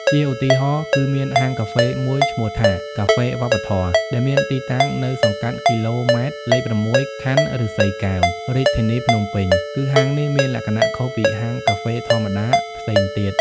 ជាឧទាហរណ៍ គឺមានហាងកាហ្វេមួយឈ្មោះថា “កាហ្វេវប្បធម៌” ដែលមានទីតាំងនៅសង្កាត់គីឡូម៉ែត្រ លេខ៦ ខណ្ឌឫស្សីកែវ រាជធានីភ្នំពេញ គឺហាងនេះមានលក្ខណៈខុសពីហាងកាហ្វេធម្មតាផ្សេងទៀត។